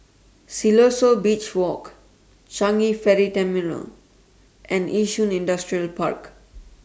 Siloso Beach Walk Changi Ferry Terminal and Yishun Industrial Park